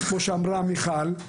כמו שאמרה מיכל,